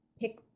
pick